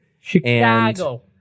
Chicago